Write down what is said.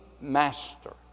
master